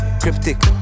Cryptic